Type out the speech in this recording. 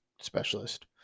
specialist